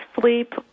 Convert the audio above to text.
sleep